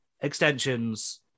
extensions